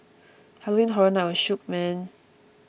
Halloween Horror Night was shook man